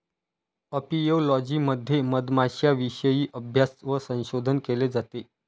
apiology मध्ये मधमाश्यांविषयी अभ्यास व संशोधन केले जाते